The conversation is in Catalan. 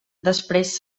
després